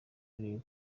ari